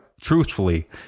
truthfully